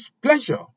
pleasure